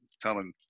telling